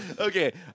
Okay